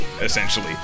essentially